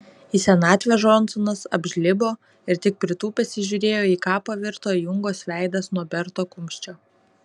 į senatvę džonsonas apžlibo ir tik pritūpęs įžiūrėjo į ką pavirto jungos veidas nuo berto kumščio